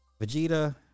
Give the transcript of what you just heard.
Vegeta